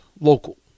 local